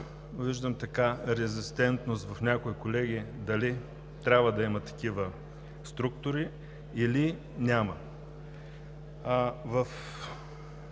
Виждам изключителна резистентност в някои колеги дали трябва да има такива структури, или да няма.